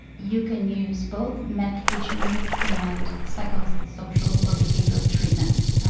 you can use both medications and psychosocial or behavioral treatments.